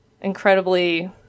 incredibly